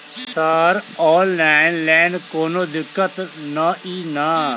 Sir online लैल कोनो दिक्कत न ई नै?